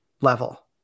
level